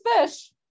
fish